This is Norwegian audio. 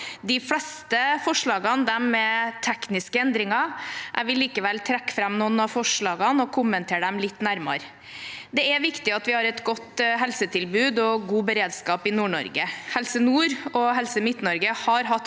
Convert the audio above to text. De fleste forslagene er tekniske endringer. Jeg vil likevel trekke fram noen av forslagene og kommentere dem litt nærmere. Det er viktig at vi har et godt helsetilbud og god beredskap i Nord-Norge. Helse nord og Helse Midt-Norge har hatt